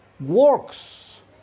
works